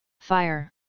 Fire